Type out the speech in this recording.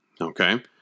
Okay